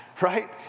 right